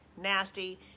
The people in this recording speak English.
nasty